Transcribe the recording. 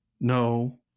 No